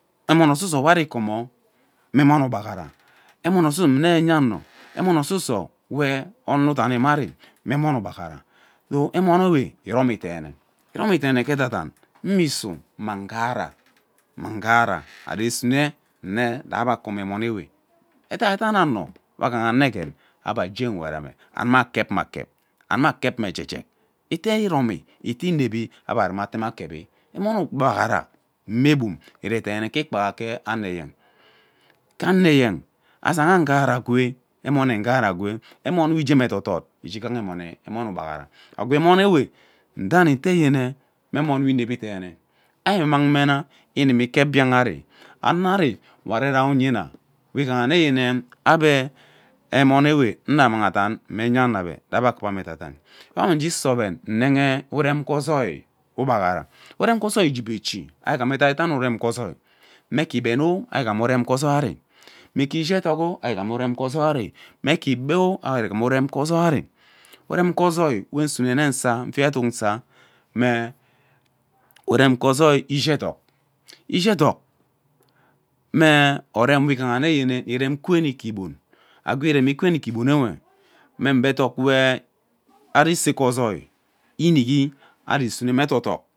Mmon ususo we ari komo me emon ugbaghara emon ususo we ono idari ma ari me emon ugbaghara emon ewe iromin deene isomi deene ke edadan mmisu ammang ughara nghara ari usene nne saba adan emon ew. edadina ono we agaha anegen ebe agee uwet mme ebe kep mme akep obe kep me ejek ejek ete iromi ete evivi ebe amama ete mme akavi emon ugbaghara mmebum eree ke ikpaiha ke ano eyen ke ano eyen azangha nghara agwee emon we igee edodod nne emon ugbaghara agwee emon ewe ndo ani eta me emon we evevi deene immang me mma imimi kep biang ari ano ari we aree rai onyima we igaha nmeye ebe emon we nna ammang adan me enya ano ebe sa ebe kuva edadan. Ari ige sa oven nnehe uren ge ozoi ugbaghara uten gee ozoi igabe echi ari gham edaidam urem gee ozoi me gee igben me urem gee ozoi me gee igben me uren gee ozoim ari mme gee ishi eduk oh ari igham urem gee ozoin ari mme gee igbe ari igham urem gee ozoin ari urem gee ozoin we usune nne nsa nfiet edak usa me ishi edok ishi edok nsa me ishi edok ishi edok me orem we igha yene irem kweni ke igbon agwe ireini kweni ke igbon agwe ireini kweni ke igbon uwe me mgbe edok we ari isege ozoi inihi ari sume mme edok edok.